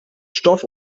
stoff